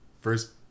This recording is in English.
first